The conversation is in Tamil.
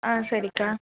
ஆ சரிக்கா